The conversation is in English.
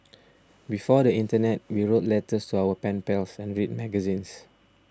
before the internet we wrote letters to our pen pals and read magazines